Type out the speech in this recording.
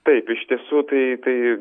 taip iš tiesų tai tai